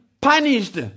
punished